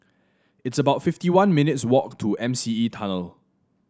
it's about fifty one minutes' walk to M C E Tunnel